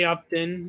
Upton